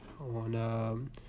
on